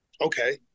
okay